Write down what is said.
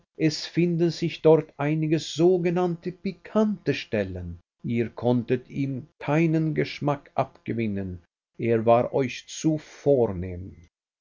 es finden sich dort einige sogenannte pikante stellen ihr konntet ihm keinen geschmack abgewinnen er war euch zu vornehm